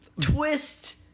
Twist